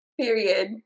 Period